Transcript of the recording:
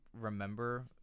remember